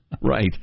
Right